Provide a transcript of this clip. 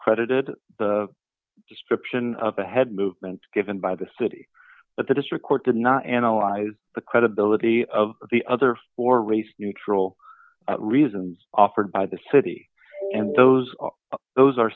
credited description of a head movement given by the city but the district court did not analyze the credibility of the other for race neutral reasons offered by the city and those are those are